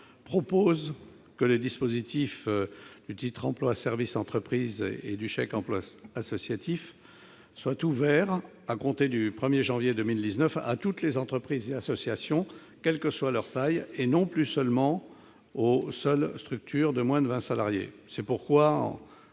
prévoit que les dispositifs du titre emploi service entreprise et du chèque emploi associatif soient ouverts à compter du 1 janvier 2019 à toutes les entreprises et associations quelle que soit leur taille, et non plus aux seules structures de moins de vingt salariés. C'est pourquoi,